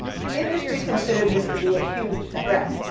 the industry considered this to be a huge threat.